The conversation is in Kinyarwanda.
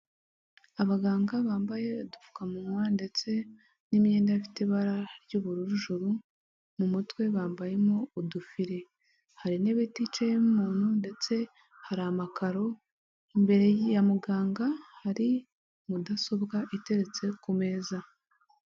Abaganga bambaye udupfukamunwa ndetse n'imyenda ifite ibara ry'ubururujuru mu mutwe bambayemo udufire hari intebe iticayemo umuntu ndetse hari amakaro imbere ya muganga hari mudasobwa iteretse ku meza.